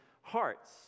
hearts